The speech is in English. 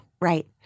Right